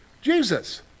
Jesus